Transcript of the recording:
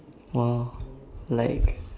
!wow! like